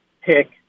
pick